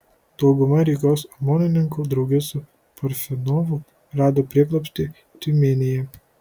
dauguma rygos omonininkų drauge su parfionovu rado prieglobstį tiumenėje